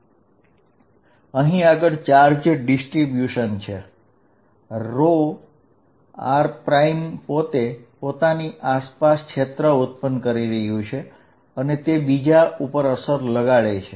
Fq40dVr r3rr r અહીં આગળ charge distribution છે r પોતે પોતાની આસપાસ ક્ષેત્ર ઉત્પન કરી રહ્યું છે અને તે બીજા ઉપર અસર લગાડે છે